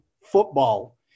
football